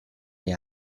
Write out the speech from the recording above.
lei